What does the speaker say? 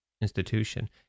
institution